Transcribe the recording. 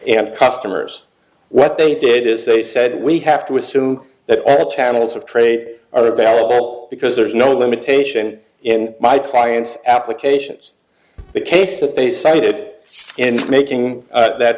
and customers what they did is they said we have to assume that all the channels of trade are valuable because there is no limitation in my clients applications the case that they cited it and making that